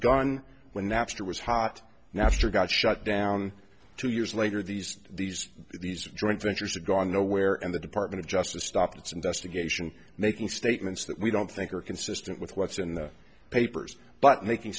begun when napster was hot now after got shut down two years later these these these joint ventures gone nowhere and the department of justice stopped its investigation making statements that we don't think are consistent with what's in the papers but making